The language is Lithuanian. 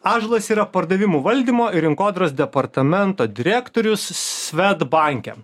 ąžuolas yra pardavimų valdymo ir rinkodaros departamento direktorius svedbanke